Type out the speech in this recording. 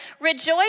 Rejoice